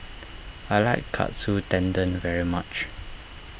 I like Katsu Tendon very much